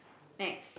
next